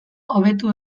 hobetu